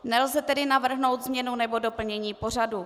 Nelze tedy navrhnout změnu nebo doplnění pořadu.